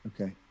Okay